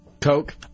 Coke